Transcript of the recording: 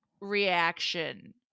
reaction